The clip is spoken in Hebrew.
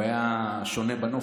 הוא היה שונה בנוף,